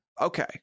Okay